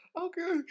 Okay